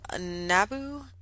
Nabu